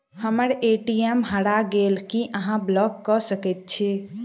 हम्मर ए.टी.एम हरा गेल की अहाँ ब्लॉक कऽ सकैत छी?